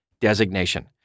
designation